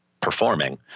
performing